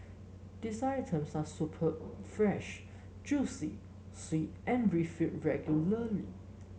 these items are superb fresh juicy sweet and refilled regularly